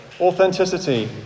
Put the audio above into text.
authenticity